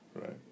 Right